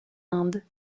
indes